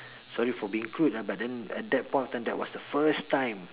sorry for being crude ah but then at that point of time that was the first time